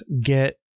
get